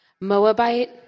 Moabite